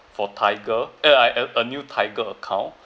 for tiger ah I ah a new tiger account